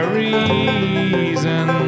reason